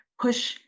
push